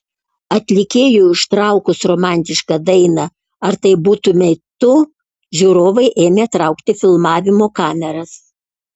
atlikėjui užtraukus romantišką dainą ar tai būtumei tu žiūrovai ėmė traukti filmavimo kameras